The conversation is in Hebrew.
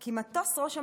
כי מטוס ראש הממשלה,